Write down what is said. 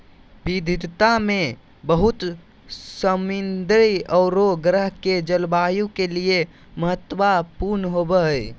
विविधता में बहुत समृद्ध औरो ग्रह के जलवायु के लिए महत्वपूर्ण होबो हइ